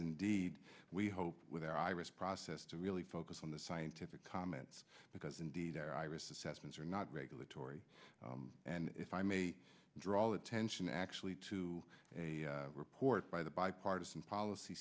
indeed we hope with our iris process to really focus on the scientific comments because indeed their iris assessments are not regulatory and if i may draw attention actually to a report by the bipartisan policy